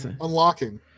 unlocking